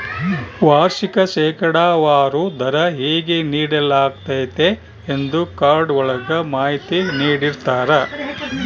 ವಾರ್ಷಿಕ ಶೇಕಡಾವಾರು ದರ ಹೇಗೆ ನೀಡಲಾಗ್ತತೆ ಎಂದೇ ಕಾರ್ಡ್ ಒಳಗ ಮಾಹಿತಿ ನೀಡಿರ್ತರ